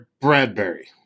Bradbury